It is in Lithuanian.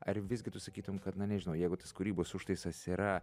ar visgi tu sakytum kad na nežinau jeigu tas kūrybos užtaisas yra